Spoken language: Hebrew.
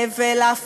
לו: